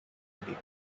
league